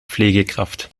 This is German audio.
pflegekraft